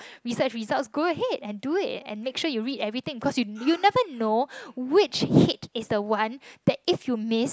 research results go ahead and do it and make sure you read everything cause you never know which hate is the one that if you miss